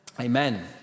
Amen